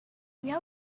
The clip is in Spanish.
vio